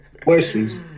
Questions